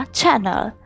channel